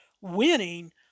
winning